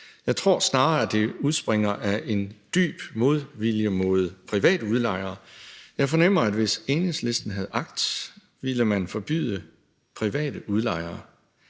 Jeg tror snarere, at det udspringer af en dyb modvilje mod private udlejere. Jeg fornemmer, at hvis Enhedslisten havde magt, som de har agt, ville de forbyde private udlejere.